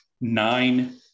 nine